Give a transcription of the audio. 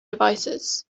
devices